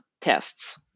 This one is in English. tests